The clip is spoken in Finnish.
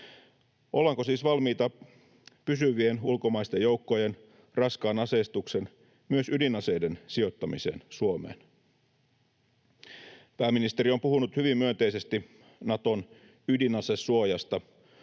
Ollaanko siis valmiita pysyvien ulkomaisten joukkojen, raskaan aseistuksen, myös ydinaseiden sijoittamiseen Suomeen? Pääministeri on puhunut hyvin myönteisesti Naton ydinasesuojasta